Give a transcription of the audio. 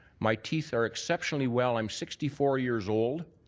my teeth are exceptionally well. i'm sixty four years old.